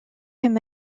him